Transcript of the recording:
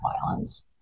violence